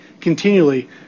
continually